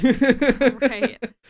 Right